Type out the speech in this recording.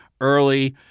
early